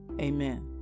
amen